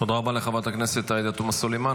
תודה רבה לחברת הכנסת עאידה תומא סלימאן.